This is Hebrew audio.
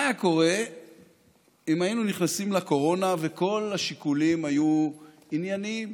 מה היה קורה אם היינו נכנסים לקורונה וכל השיקולים היו ענייניים,